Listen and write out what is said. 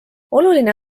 oluline